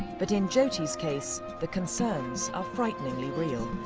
but in jyoti's case the concerns are frighteningly real.